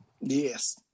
yes